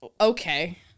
okay